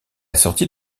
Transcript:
sortie